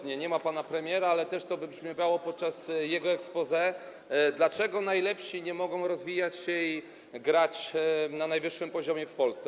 Nie ma pana premiera, ale to wybrzmiewało też podczas jego exposé: Dlaczego najlepsi nie mogą rozwijać się i grać na najwyższym poziomie w Polsce?